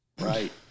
Right